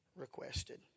requested